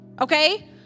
Okay